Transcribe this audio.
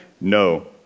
No